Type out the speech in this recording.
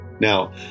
Now